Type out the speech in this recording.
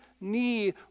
knee